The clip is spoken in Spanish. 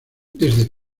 desde